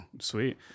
Sweet